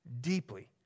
deeply